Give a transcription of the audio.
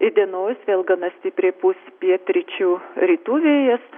įdienojus vėl gana stipriai pūs pietryčių rytų vėjas